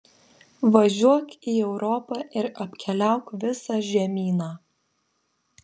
važiuok į europą ir apkeliauk visą žemyną